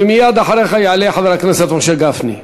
ומייד אחריך יעלה חבר הכנסת משה גפני.